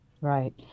Right